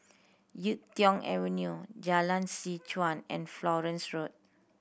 Yuk Tong Avenue Jalan Seh Chuan and Florence Road